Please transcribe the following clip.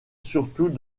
surtout